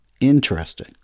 Interesting